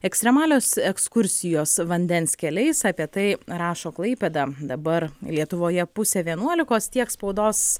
ekstremalios ekskursijos vandens keliais apie tai rašo klaipėda dabar lietuvoje pusė vienuolikos tiek spaudos